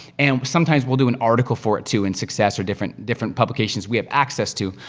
and sometimes, we'll do an article for it too, in success, or different different publications we have access to.